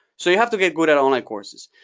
so you have to get good at online courses.